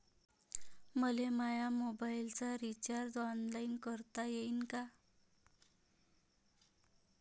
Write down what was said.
मले माया मोबाईलचा रिचार्ज ऑनलाईन करता येईन का?